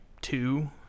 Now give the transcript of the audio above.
two